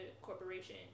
corporation